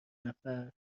نفر